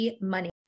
Money